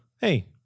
hey